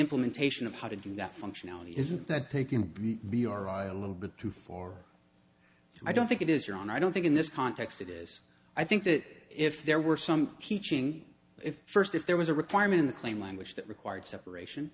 implementation of how to do that functionality isn't that they can be are a little bit too for i don't think it is your own i don't think in this context it is i think that if there were some teaching if first if there was a requirement in the claim language that required separation